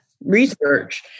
research